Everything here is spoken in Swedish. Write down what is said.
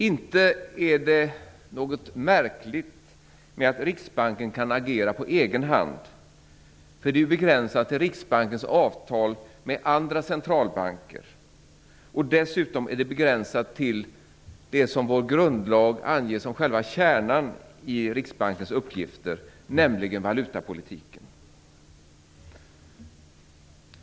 Inte är det något märkligt med att Riksbanken kan agera på egen hand, för det är ju begränsat till Riksbankens avtal med andra centralbanker. Dessutom är det begränsat till det som vår grundlag anger vara själva kärnan i Riksbankens uppgifter, nämligen valutapolitiken.